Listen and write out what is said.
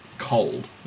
cold